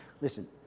listen